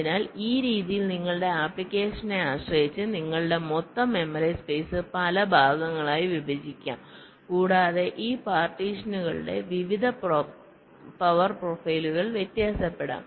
അതിനാൽ ഈ രീതിയിൽ നിങ്ങളുടെ ആപ്ലിക്കേഷനെ ആശ്രയിച്ച് നിങ്ങളുടെ മൊത്തം മെമ്മറി സ്പേസ് പല ഭാഗങ്ങളായി വിഭജിക്കാം കൂടാതെ ഈ പാർട്ടീഷനുകളുടെ വിവിധ പവർ പ്രൊഫൈലുകൾ വ്യത്യാസപ്പെടാം